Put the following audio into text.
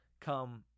come